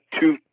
two